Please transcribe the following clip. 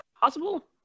Possible